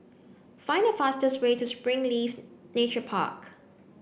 find the fastest way to Springleaf Nature Park